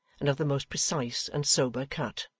and of the most precise and sober cut.